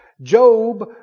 Job